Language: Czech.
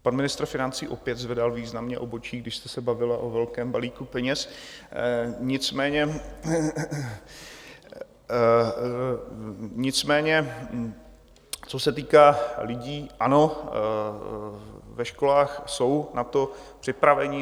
Pan ministr financí opět zvedal významně obočí, když jste se bavila o velkém balíku peněz, nicméně co se týká lidí, ano, ve školách jsou na to připraveni.